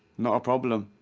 not a problem.